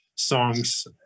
songs